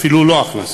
אפילו לא את ההכנסה.